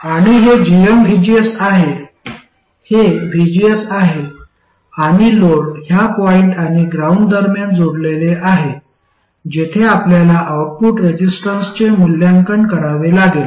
आणि हे gmvgs आहे हे vgs आहे आणि लोड ह्या पॉईंट आणि ग्राउंड दरम्यान जोडलेले आहे जेथे आपल्याला आउटपुट रेझिस्टन्सचे मूल्यांकन करावे लागेल